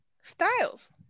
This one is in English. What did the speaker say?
Styles